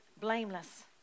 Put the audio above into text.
blameless